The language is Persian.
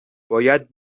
باید